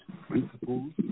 principles